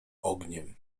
ogniem